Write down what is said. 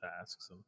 tasks